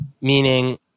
meaning